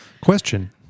question